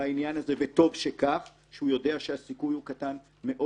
וטוב שכך, שהוא יודע שהסיכוי הוא קטן מאוד.